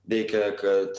veikia kad